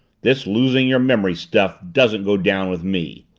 this losing your memory stuff doesn't go down with me!